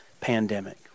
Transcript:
pandemic